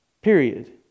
Period